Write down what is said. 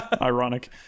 Ironic